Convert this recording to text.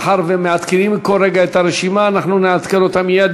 מאחר שמעדכנים כל רגע את הרשימה אנחנו נעדכן אותה מייד.